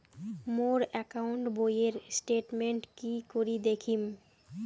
মোর account বইয়ের statement কি করি দেখিম?